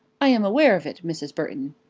i am aware of it, mrs. burton.